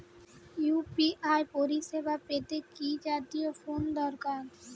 UPI পরিসেবা পেতে কি জাতীয় ফোন দরকার?